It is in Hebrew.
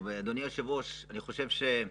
אדוני היושב-ראש, אני חושב שזה